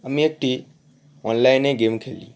আমি একটি অনলাইনে গেম খেলি